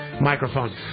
microphone